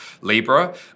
Libra